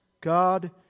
God